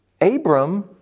Abram